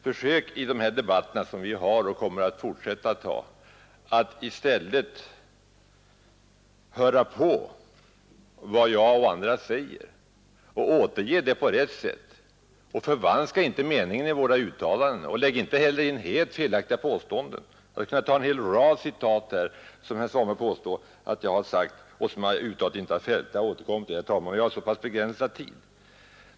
Försök i de här debatterna, som vi har och kommer att fortsätta att ha, att i stället höra på vad jag och andra säger och återge det på rätt sätt, förvanska inte meningen i våra uttalanden och gör inte heller helt felaktiga citat! Jag skulle kunna ta en hel rad påståenden som herr Svanberg gör gällande att jag har fällt men som jag över huvud taget inte har gjort; jag återkommer till det, herr talman, om tiden räcker till.